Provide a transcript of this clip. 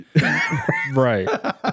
Right